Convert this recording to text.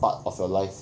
part of your life